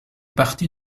partit